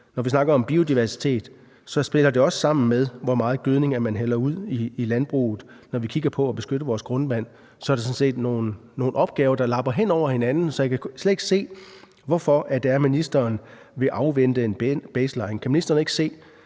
Når vi snakker om biodiversitet, spiller det også sammen med, hvor meget gødning man hælder ud i landbruget, og når vi kigger på at beskytte vores grundvand, er der sådan set nogle opgaver, der lapper ind over hinanden. Så jeg kan slet ikke se, hvorfor ministeren vil afvente en baseline. Kan ministeren ikke se,